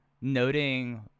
noting